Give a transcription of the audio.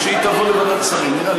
כשהיא תבוא לוועדת שרים, נראה.